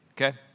Okay